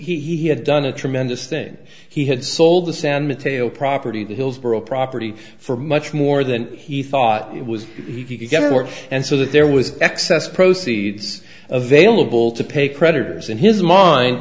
he had done a tremendous thing he had sold the san mateo property to hillsboro property for much more than he thought it was he could get work and so that there was excess proceeds of vailable to pay creditors in his mind